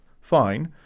fine